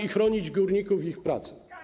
i chronić górników i ich pracę.